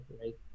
right